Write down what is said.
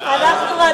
לא נקלטה